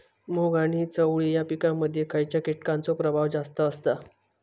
मूग आणि चवळी या पिकांमध्ये खैयच्या कीटकांचो प्रभाव जास्त असता?